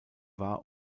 war